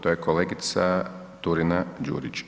To je kolegica Turina Đurić.